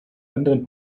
anderen